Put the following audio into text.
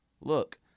Look